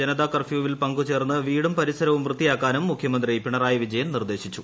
ജനതാ കർഫ്യൂവിൽ പ്രിക്കു് ചേർന്ന് വീടും പരിസരവും വൃത്തിയാക്കാനും മുഖൃമൂന്തി പിണറായി വിജയൻ നിർദേശിച്ചു